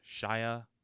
Shia